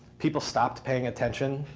people stopped paying attention.